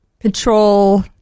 control